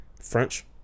French